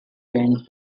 sent